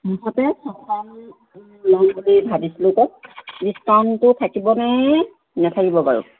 মুঠতে ছখন ল'ম বুলি ভাবিছিলোঁ তাত ডিছকাউণ্টটো থাকিবনে নেথাকিব বাৰু